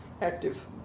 active